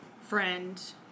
friend